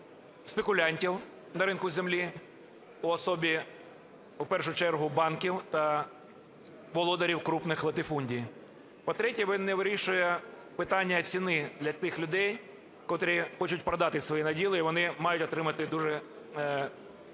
спекулянтів на ринку землі у особі у першу чергу банків та володарів крупних латифундій. По-третє, він не вирішує питання ціни для тих людей, котрі хочуть продати свої наділи, і вони мають отримати дуже великі